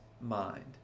Mind